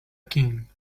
king